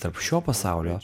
tarp šio pasaulio